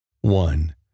One